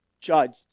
judged